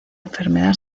enfermedad